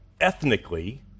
ethnically